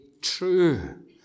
true